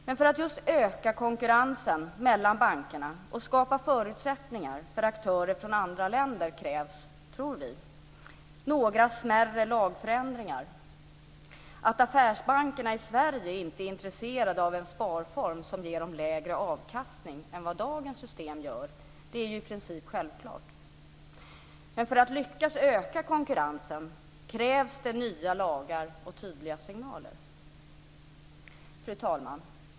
Men för att öka konkurrensen mellan bankerna och skapa förutsättningar för aktörer från andra länder krävs, tror vi, några smärre lagförändringar. Att affärsbankerna i Sverige inte är intresserade av en sparform som ger dem lägre avkastning än vad dagens system gör är princip självklart, men om vi ska lyckas öka konkurrensen krävs det tydliga lagar och klara signaler. Fru talman!